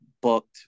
booked